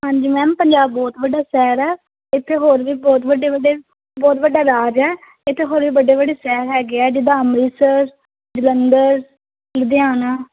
ਹਾਂਜੀ ਮੈਮ ਪੰਜਾਬ ਬਹੁਤ ਵੱਡਾ ਸ਼ਹਿਰ ਹੈ ਇੱਥੇ ਹੋਰ ਵੀ ਬਹੁਤ ਵੱਡੇ ਵੱਡੇ ਬਹੁਤ ਵੱਡਾ ਰਾਜ ਹੈ ਇੱਥੇ ਹੋਰ ਵੀ ਵੱਡੇ ਵੱਡੇ ਸ਼ਹਿਰ ਹੈਗੇ ਆ ਜਿੱਦਾਂ ਅੰਮ੍ਰਿਤਸਰ ਜਲੰਧਰ ਲੁਧਿਆਣਾ